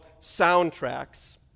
Soundtracks